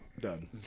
done